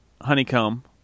honeycomb